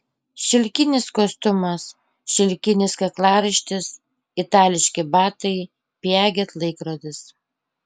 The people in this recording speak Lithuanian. šilkinis kostiumas šilkinis kaklaraištis itališki batai piaget laikrodis